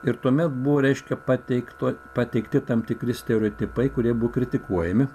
ir tuomet buvo reiškia pateikta pateikti tam tikri stereotipai kurie buvo kritikuojami